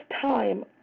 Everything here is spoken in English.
time